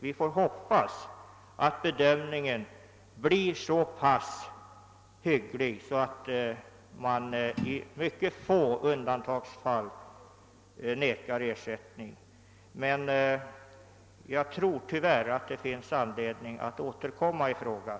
Vi får hoppas att bedömningen blir så pass hygglig att man endast i mycket få undantagsfall vägrar ersättning. Tyvärr tror jag emellertid att det finns anledning att återkomma i frågan.